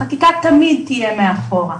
החקיקה תמיד תהיה מאחור,